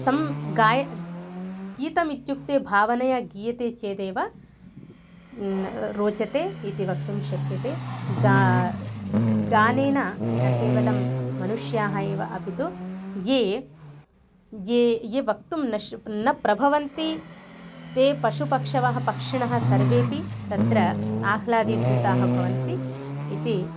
सं गाय् गीतमित्युक्ते भावनया गीयते चेदेव रोचते इति वक्तुं शक्यते गा गानेन न केवलं मनुष्याः एव अपि तु ये ये ये वक्तुं नश् न प्रभवन्ति ते पशुपक्षिणः पक्षिणः सर्वेपि तत्र आह्लादीभूताः भवन्ति इति